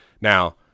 Now